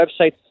websites